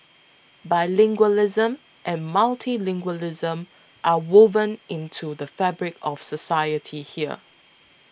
bilingualism and multilingualism are woven into the fabric of society here